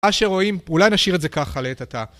מה שרואים, אולי נשאיר את זה ככה לעת עתה.